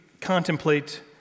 contemplate